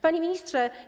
Panie Ministrze!